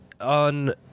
on